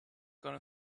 gonna